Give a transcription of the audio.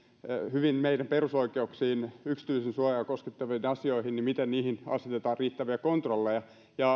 niihin meidän perusoikeuksiamme yksityisyydensuojaamme koskettaviin asioihin asetetaan riittäviä kontrolleja